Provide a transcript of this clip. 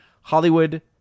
Hollywood